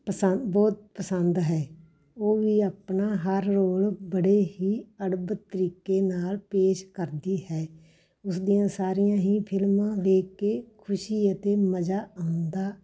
ਪਸੰ ਬਹੁਤ ਪਸੰਦ ਹੈ ਉਹ ਵੀ ਆਪਣਾ ਹਰ ਰੋਲ ਬੜੇ ਹੀ ਅੜਬ ਤਰੀਕੇ ਨਾਲ ਪੇਸ਼ ਕਰਦੀ ਹੈ ਉਸਦੀਆਂ ਸਾਰੀਆਂ ਹੀ ਫਿਲਮਾਂ ਵੇਖ ਕੇ ਖੁਸ਼ੀ ਅਤੇ ਮਜਾ ਆਉਂਦਾ